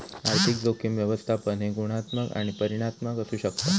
आर्थिक जोखीम व्यवस्थापन हे गुणात्मक आणि परिमाणात्मक असू शकता